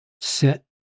Set